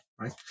right